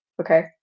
okay